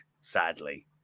Sadly